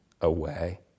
away